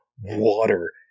water